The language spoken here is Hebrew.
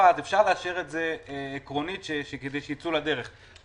אז אפשר לאשר את זה עקרונית כדי שייצאו לדרך.